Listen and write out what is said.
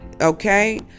Okay